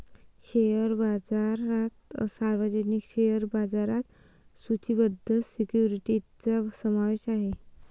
share बाजारात सार्वजनिक share बाजारात सूचीबद्ध सिक्युरिटीजचा समावेश आहे